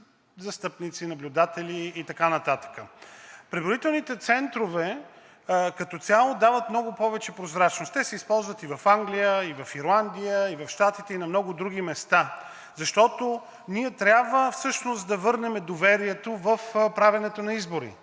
застъпници, наблюдатели и така нататък. Преброителните центрове като цяло дават много повече прозрачност. Те се използват и в Англия, и в Ирландия, и в Щатите и на много други места. Ние трябва всъщност да върнем доверието в правенето на избори.